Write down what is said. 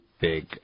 big